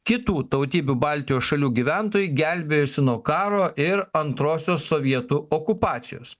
kitų tautybių baltijos šalių gyventojai gelbėjosi nuo karo ir antrosios sovietų okupacijos